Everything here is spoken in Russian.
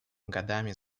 годами